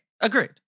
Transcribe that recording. Agreed